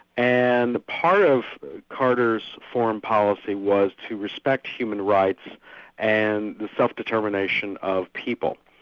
and part of carter's foreign policy was to respect human rights and the self-determination of people.